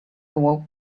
awoke